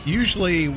usually